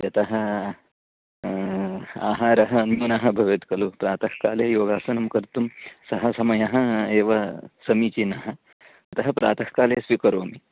यतः आहारः अन्नं न भवेत् खलु प्रातःकाले योगासनं कर्तुं सः समयः एव समीचीनः अतः प्रातःकाले स्वीकरोमि